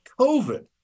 COVID